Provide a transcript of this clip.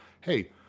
hey